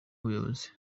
umuyobozi